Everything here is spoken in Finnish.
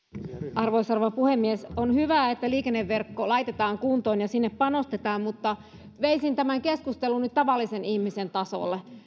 arvoisa rouva puhemies on hyvä että liikenneverkko laitetaan kuntoon ja sinne panostetaan mutta veisin tämän keskustelun nyt tavallisen ihmisen tasolle